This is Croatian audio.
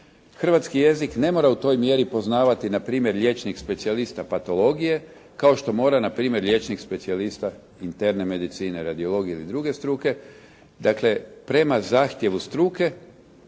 Hrvatski jezik ne mora u toj mjeri poznavati na primjer liječnik specijalista patologije kao što mora na primjer liječnik specijalista interne medicine, radiologije ili druge struke. Dakle, prema zahtjevu struke,